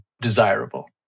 desirable